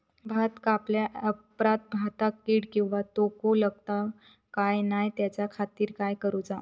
भात कापल्या ऑप्रात भाताक कीड किंवा तोको लगता काम नाय त्याच्या खाती काय करुचा?